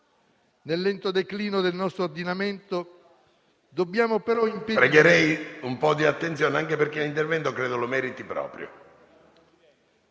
Nel lento declino del nostro ordinamento dobbiamo, però, impedire